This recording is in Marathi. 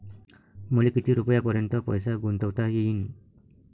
मले किती रुपयापर्यंत पैसा गुंतवता येईन?